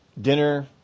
dinner